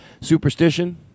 Superstition